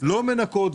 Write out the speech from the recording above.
לא מנקות ,